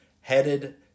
headed